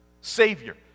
Savior